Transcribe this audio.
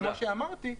וכמו שאמרתי,